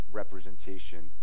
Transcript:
representation